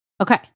Okay